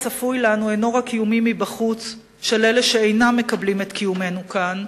הצפוי לנו אינו רק איומים מבחוץ של אלה שאינם מקבלים את קיומנו כאן,